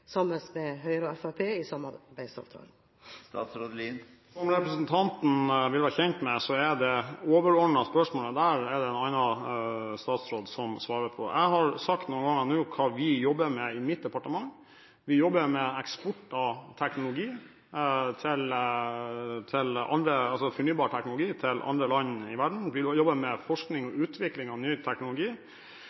sammen med Høyre og Fremskrittspartiet i samarbeidsavtalen? Som representanten vil være kjent med, det overordnede spørsmålet der er det en annen statsråd som svarer på. Jeg har sagt noen ganger nå hva vi jobber med i mitt departement. Vi jobber med eksport av fornybar teknologi til andre land, vi jobber med forskning og utvikling av ny teknologi,